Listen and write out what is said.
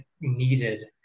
needed